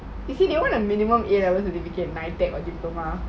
you see they want a minimum A level certificate NITEC or diploma